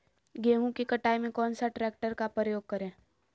गेंहू की कटाई में कौन सा ट्रैक्टर का प्रयोग करें?